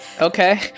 Okay